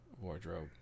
Wardrobe